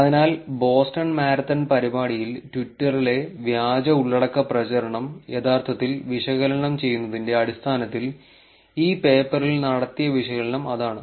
അതിനാൽ Boston marathon പരിപാടിയിൽ ട്വിറ്ററിലെ വ്യാജ ഉള്ളടക്ക പ്രചരണം യഥാർത്ഥത്തിൽ വിശകലനം ചെയ്യുന്നതിന്റെ അടിസ്ഥാനത്തിൽ ഈ പേപ്പറിൽ നടത്തിയ വിശകലനം അതാണ്